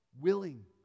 willing